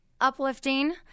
uplifting